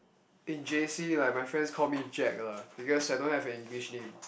in J_C right my friends call me Jack lah because I don't have an English name